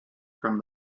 from